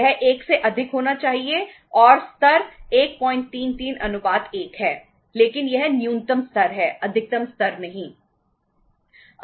यह 1 से अधिक होना चाहिए और स्तर 133 1 है लेकिन यह न्यूनतम स्तर है अधिकतम स्तर नहीं